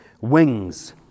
wings